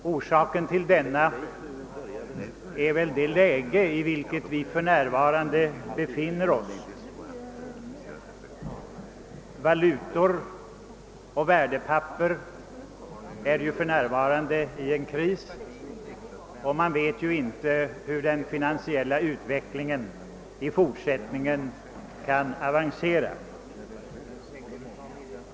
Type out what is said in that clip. Orsaken härtill är det läge som vi för närvarande befinner oss i: det råder för närvarande en kris när det gäller valutor och värdepapper, och man vet inte hur den finansiella utvecklingen kan komma att gestalta sig.